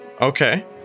Okay